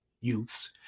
youths